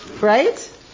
right